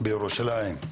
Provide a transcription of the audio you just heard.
בירושלים,